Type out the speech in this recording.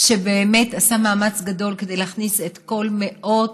שעשה מאמץ גדול כדי להכניס את כל מאות